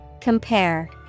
Compare